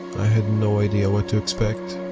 i had no idea what to expect.